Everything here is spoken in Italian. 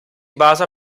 basa